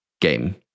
game